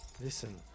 listen